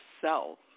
self